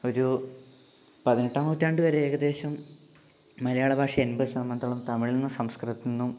ഒരു പതിനെട്ടാം നൂറ്റാണ്ട് വരെ ഏകദേശം മലയാള ഭാഷ എൺപത് ശതമാനത്തോളം തമിഴിൽ നിന്നും സംസ്കൃതത്തിൽ നിന്നും